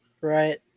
right